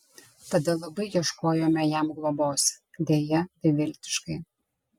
tada labai ieškojome jam globos deja beviltiškai